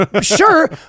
sure